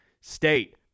State